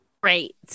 Great